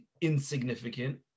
insignificant